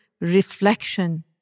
reflection